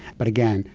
but again,